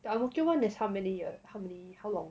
the ang mo kio [one] is how many years how many how long